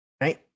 right